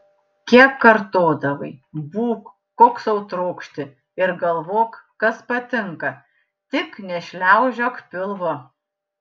kiek kartodavai būk koks sau trokšti ir galvok kas patinka tik nešliaužiok pilvu